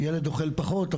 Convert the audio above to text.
ילד אוכל פחות,